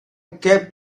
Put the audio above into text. cape